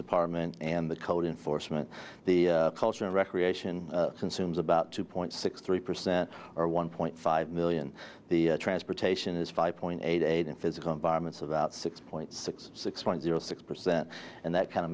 department and the code enforcement the culture of recreation consumes about two point six three percent or one point five million the transportation is five point eight eight in physical environments about six point six six point zero six percent and that kind